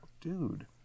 Dude